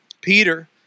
Peter